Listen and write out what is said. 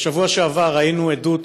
בשבוע שעבר ראינו עדות,